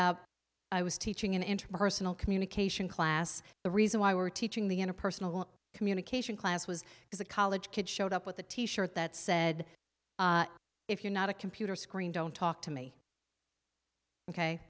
up i was teaching an interpersonal communication class the reason why we're teaching the interpersonal communication class was because a college kid showed up with a t shirt that said if you're not a computer screen don't talk to me ok